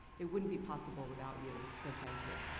it wouldn't be possible without you so thank you.